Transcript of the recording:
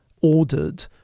ordered